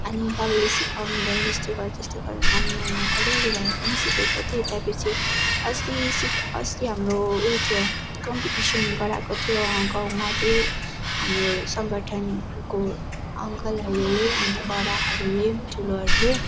अनि बाबाले सिकाउनुभयो यस्तो गर त्यस्तो गर नानी अनि मैले अलिअलि भए पनि सिकेको थिएँ त्यहाँ पछि अस्ति सिक अस्ति हाम्रो उयो थियो कम्पिटिसन गराएको थियो गाउँमा तै हाम्रो सङ्गठनको अङ्कलहरूले अन्त बडाहरूले ठुलोहरूले